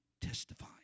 testify